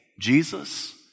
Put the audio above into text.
Jesus